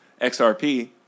XRP